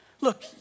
look